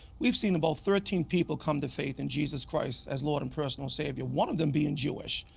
we've seen about thirteen people come to faith in jesus christ as lord and personal savior, one of them being jewish.